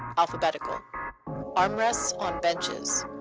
alphabetical armrests on benches.